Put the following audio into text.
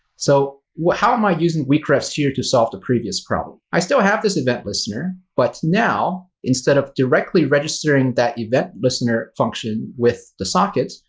so how am i using weakrefs here to solve the previous problem? i still have this event listener. but now, instead of directly registering that event listener function with the socket,